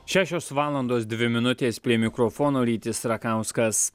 šešios valandos dvi minutės prie mikrofono rytis rakauskas